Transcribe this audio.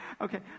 Okay